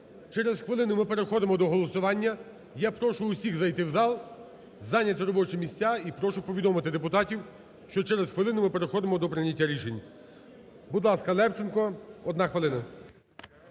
Через хвилину ми переходимо до голосування, я прошу усіх зайти в зал, зайняти робочі місця і прошу повідомити депутатів, що через хвилину ми переходимо до прийняття рішень. Будь ласка, Левченко, одна хвилина.